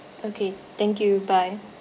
okay thank you bye